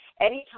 anytime